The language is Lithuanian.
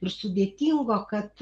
ir sudėtingo kad